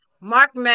Mark